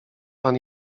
pan